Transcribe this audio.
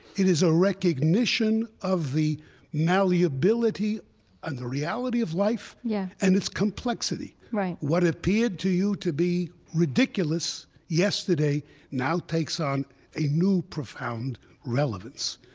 it is a recognition of the malleability and the reality of life yeah and its complexity. what appeared to you to be ridiculous yesterday now takes on a new, profound relevance.